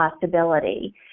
possibility